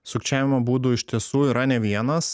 sukčiavimo būdų iš tiesų yra ne vienas